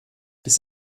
dies